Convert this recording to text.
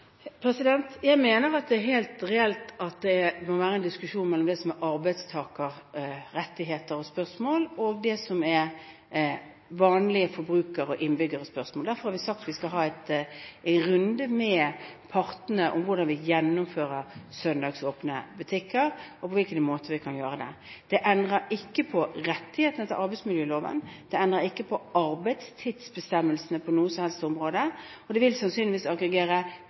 Jeg mener det er helt reelt at det må være en diskusjon om det som er arbeidstakerrettigheter og -spørsmål, og om det som er vanlige forbruker- og innbyggerspørsmål. Derfor har vi sagt vi skal ha en runde med partene om hvordan vi gjennomfører søndagsåpne butikker – på hvilke måter vi kan gjøre det. Det endrer ikke på rettighetene i henhold til arbeidsmiljøloven. Det endrer ikke på arbeidstidsbestemmelsene på noe som helst område. Og det vil sannsynligvis aggregere